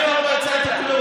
אני לכם לא הצעתי כלום.